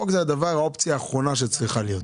חוק זו האופציה האחרונה שצריכה להיות.